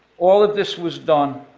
all of this was done